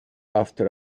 after